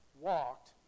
walked